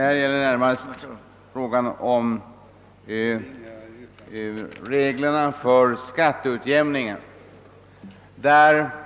Här gäller det närmast frågan om reglerna för skatteutjämningen.